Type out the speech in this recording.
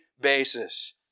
basis